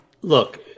Look